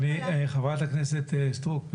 חברת הכנסת סטרוק,